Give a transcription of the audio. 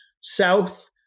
South